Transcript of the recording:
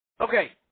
Okay